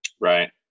Right